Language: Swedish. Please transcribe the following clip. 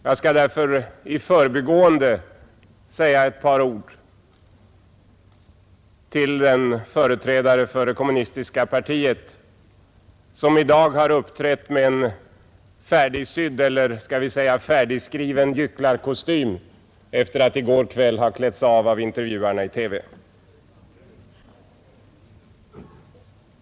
Jag skall därför i förbigående säga ett par ord till den företrädare för det kommunistiska partiet som i dag har uppträtt med en färdigsydd — eller skall vi säga färdigskriven — gycklarkostym efter att i går kväll ha blivit avklädd av intervjuarna i TV.